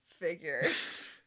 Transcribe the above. figures